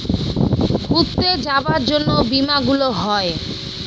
ঘুরতে যাবার জন্য বীমা গুলো হয়